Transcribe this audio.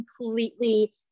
completely